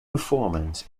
performance